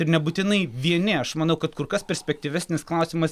ir nebūtinai vieni aš manau kad kur kas perspektyvesnis klausimas